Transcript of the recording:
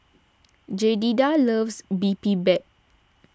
Jedidiah loves Bibimbap